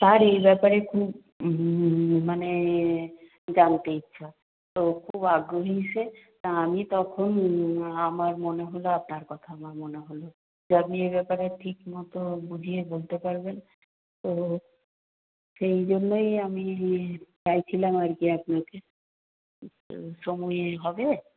তার এই ব্যাপারে খুব মানে জানতে ইচ্ছা তো খুব আগ্রহী সে তা আমি তখন আমার মনে হল আপনার কথা আমার মনে হল যে আপনি এ ব্যাপারে ঠিক মতো বুঝিয়ে বলতে পারবেন তো সেই জন্যই আমি চাইছিলাম আর কি আপনাকে তো সময় হবে